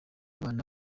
abana